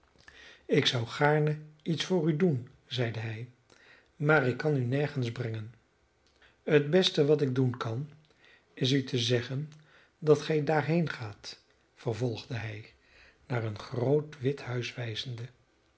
ik zou gaarne iets voor u doen zeide hij maar ik kan u nergens brengen het beste wat ik doen kan is u te zeggen dat gij daarheen gaat vervolgde hij naar een groot wit huis wijzende